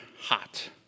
hot